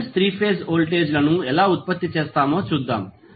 balance 3 phase voltage లను ఎలా ఉత్పత్తి చేస్తామో చూద్దాం